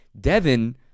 Devin